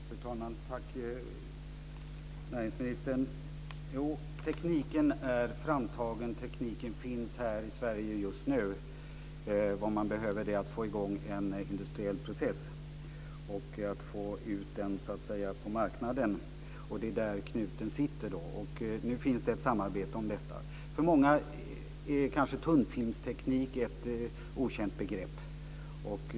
Fru talman! Tack, näringsministern! Tekniken är framtagen och tekniken finns här i Sverige just nu. Vad man behöver är att få i gång en industriell process och att få ut den på marknaden. Det är där knuten sitter. Men nu finns det ett samarbete om detta. För många är kanske tunnfilmsteknik ett okänt begrepp.